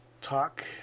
talk